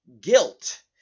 guilt